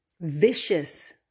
vicious